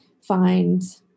find